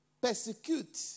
persecute